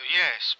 yes